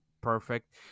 perfect